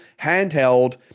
handheld